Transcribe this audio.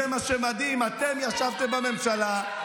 אתם ישבתם בממשלה,